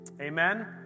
Amen